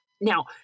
Now